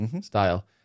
style